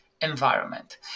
environment